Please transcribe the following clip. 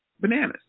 bananas